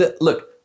Look